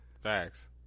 Facts